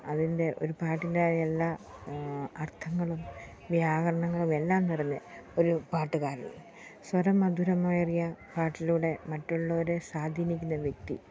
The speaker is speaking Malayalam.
അതിൻ്റെ ഒരു പാട്ടിൻ്റെതായ എല്ലാ അർത്ഥങ്ങളും വ്യാകരണങ്ങളും എല്ലാം നിറഞ്ഞ ഒരു പാട്ടുകാരൻ സ്വരമധുരമേറിയ പാട്ടിലൂടെ മറ്റുള്ളവരെ സ്വാധീനിക്കുന്ന വ്യക്തി